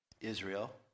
Israel